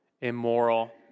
immoral